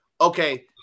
okay